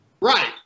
Right